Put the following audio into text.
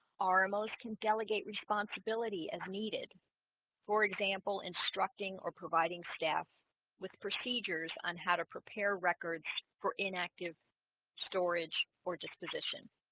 our moe's can delegate responsibilities as needed for example instructing or providing staff with procedures on how to prepare record for inactive storage or disposition